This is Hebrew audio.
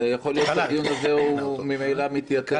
יכול להיות שהדיון הזה ממילא מתייתר.